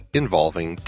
involving